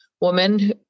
woman